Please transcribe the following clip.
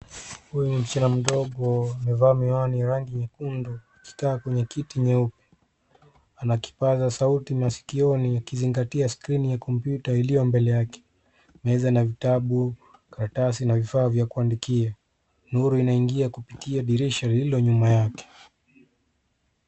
Huyu ni msichana mdogo, amevaa miwani ya rangi nyekundu akikaa kwenye kiti nyeupe. Ana kipaza sauti maskioni, akizingatia skrini ya kompyuta iliyo mbele yake. Meza na vitabu, karatasi na vifaa vya kuandikia. Nuru inaingia kupitia dirisha lililo nyuma yake.